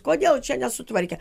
kodėl čia nesutvarkė